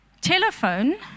telephone